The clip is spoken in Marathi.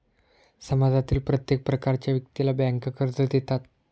समाजातील प्रत्येक प्रकारच्या व्यक्तीला बँका कर्ज देतात